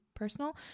personal